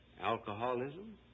alcoholism